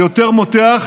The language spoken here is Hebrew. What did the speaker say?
זה יותר מותח